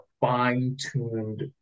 fine-tuned